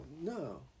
No